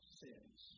sins